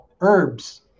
herbs